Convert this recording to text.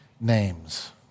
names